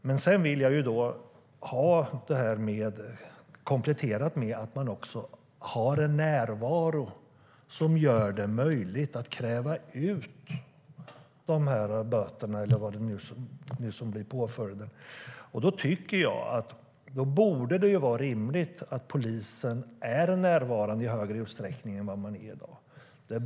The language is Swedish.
Men jag vill att detta kompletteras med en närvaro som gör det möjligt att utkräva dessa böter eller vilken påföljd det nu blir. Då borde det vara rimligt att polisen är närvarande i större utsträckning än i dag.